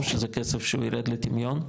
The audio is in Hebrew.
או שזה כסף שהוא ירד לטמיון?